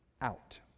out